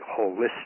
holistic